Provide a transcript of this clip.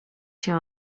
się